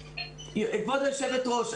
כבוד היושבת ראש,